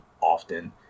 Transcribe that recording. often